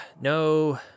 no